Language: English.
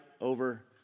over